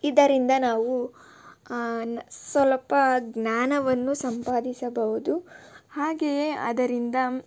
ಇದರಿಂದ ನಾವು ಸ್ವಲ್ಪ ಜ್ಞಾನವನ್ನು ಸಂಪಾದಿಸಬಹುದು ಹಾಗೆಯೇ ಅದರಿಂದ